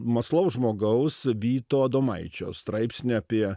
mąslaus žmogaus vyto adomaičio straipsnį apie